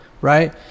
right